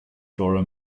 flora